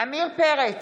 עמיר פרץ,